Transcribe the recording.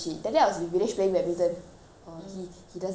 uh he he doesn't like playing badminton with me